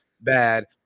bad